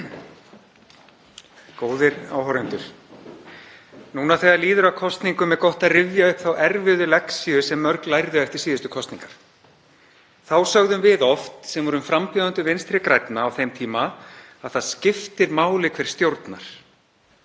Góðir áhorfendur. Núna þegar líður að kosningum er gott að rifja upp þá erfiðu lexíu sem mörg lærðu eftir síðustu kosningar. Þá sögðum við oft, sem vorum frambjóðendur Vinstri grænna á þeim tíma, að það skipti máli hver stjórnar.